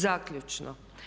Zaključno.